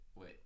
Wait